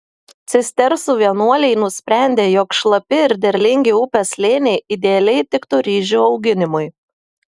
cistersų vienuoliai nusprendė jog šlapi ir derlingi upės slėniai idealiai tiktų ryžių auginimui